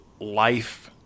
life